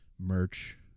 merch